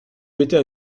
m’étais